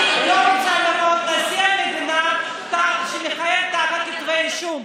אני לא רוצה לראות נשיא מדינה שמכהן תחת כתבי אישום.